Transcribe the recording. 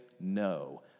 no